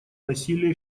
насилия